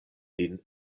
lin